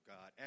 God